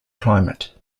climate